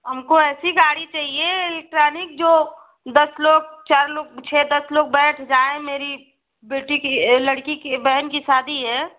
हमको ऐसी गाड़ी चहिए इलेक्ट्रानिक जो दस लोग चार लोग छः दस लोग बैठ जाए मेरी बेटी की लड़की की बहन की शादी है